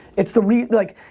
it's the rea like,